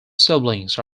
siblings